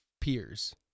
peers